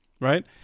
right